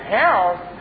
house